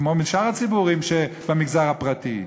כמו משאר הציבורים במגזר הפרטי,